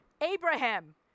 Abraham